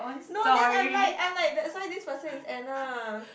no then I'm like I'm like that's why this person is Anna